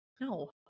No